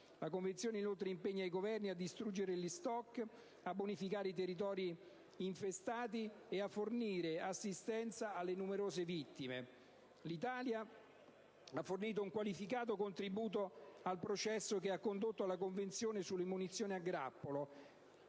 La Convenzione impegna inoltre i Governi a distruggere gli *stock*, a bonificare i territori infestati e a fornire assistenza alle numerose vittime. L'Italia ha fornito un qualificato contributo al processo che ha condotto alla Convenzione sulle munizioni a grappolo,